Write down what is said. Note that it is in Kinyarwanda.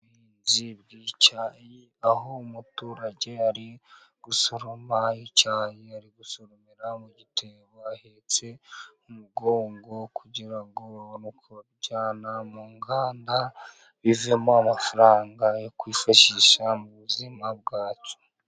Ubuhinzi bw'icyayi aho umuturage ari gusoroma icyayi ari gusoromera mu gitebo ahetse mu mugongo, kugira ngo babone uko bakijyana mu nganda, kivemo amafaranga yo kwifashisha mu buzima bwacu.